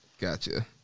Gotcha